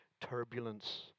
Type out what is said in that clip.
turbulence